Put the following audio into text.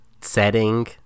setting